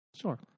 Sure